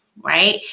right